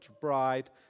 bride